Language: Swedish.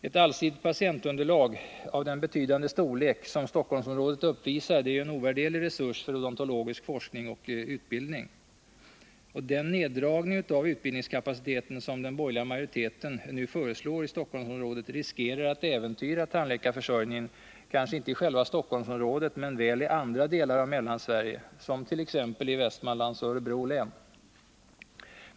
Ett allsidigt patientunderlag av den betydande storlek som Stockholmsområdet uppvisar är en ovärderlig resurs för odontologisk utbildning och forskning. Den neddragning av utbildningskapaciteten i Stockholmsområdet som den borgerliga majoriteten nu föreslår riskerar att äventyra tandläkarförsörjningen, kanske inte i själva Stockholmsområdet men väl i andra delar av Mellansverige, såsom bl.a. i Västmanlands och Örebro län.